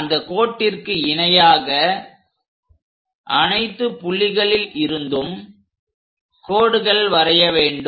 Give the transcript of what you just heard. அந்த கோட்டிற்கு இணையாக அனைத்து புள்ளிகளில் இருந்தும் கோடுகள் வரைய வேண்டும்